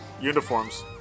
uniforms